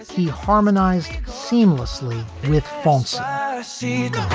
he harmonized seamlessly with false ah sede